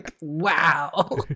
wow